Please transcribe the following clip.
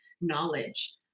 knowledge